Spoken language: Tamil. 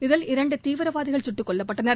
இதில் இரண்டு தீவிரவாதிகள் சுட்டுக்கொல்லப்பட்டனர்